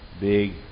big